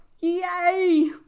Yay